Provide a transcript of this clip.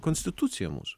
konstitucija mūsų